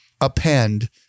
append